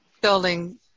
building